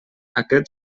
aquest